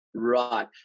Right